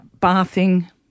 bathing